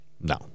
No